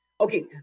Okay